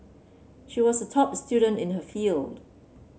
she was a top student in her field